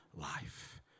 life